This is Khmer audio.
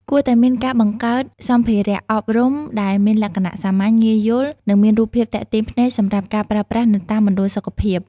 គួរតែមានការបង្កើតសម្ភារអប់រំដែលមានលក្ខណៈសាមញ្ញ ងាយយល់ និងមានរូបភាពទាក់ទាញភ្នែកសម្រាប់ការប្រើប្រាស់នៅតាមមណ្ឌលសុខភាព។